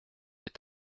est